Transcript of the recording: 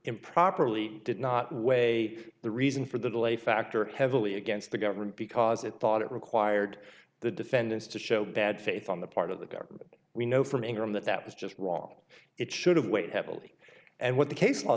improperly did not weigh the reason for the delay factor heavily against the government because it thought it required the defendants to show bad faith on the part of the government we know from interim that that was just wrong it should have weighed heavily and what the case law